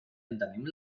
entenem